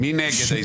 מי נגד?